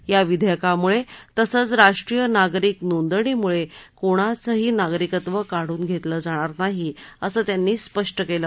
या विधेयकामुळे तसंच राष्ट्रीय नागरिक नोंदणीमुळे कोणाचही नागरिकत्व काढून घेतलं जाणार नाही असं त्यांनी स्पष्ट केलं